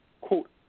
quote